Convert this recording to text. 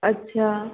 अच्छा